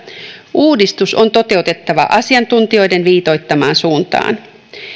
uudistus on toteutettava asiantuntijoiden viitoittamaan suuntaan